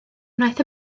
wnaeth